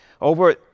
Over